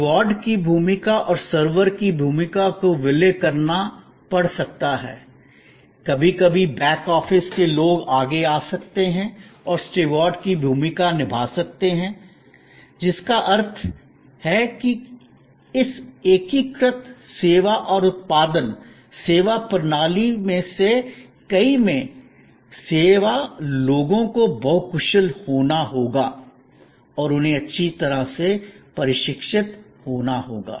steward की भूमिका और सर्वर की भूमिका को विलय करना पड़ सकता है कभी कभी बैक ऑफिस के लोग आगे आ सकते हैं और स्टीवर्ड की भूमिका निभा सकते हैं जिसका अर्थ है कि इस एकीकृत सेवा और उत्पादन सेवा प्रणाली में से कई में सेवा लोगों को बहु कुशल होना होगा और उन्हें अच्छी तरह से प्रशिक्षित होना होगा